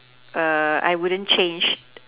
err I wouldn't change